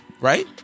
right